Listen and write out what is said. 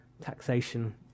taxation